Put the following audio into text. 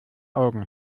augen